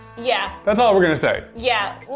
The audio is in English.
yeah. that's all we're gonna say. yeah.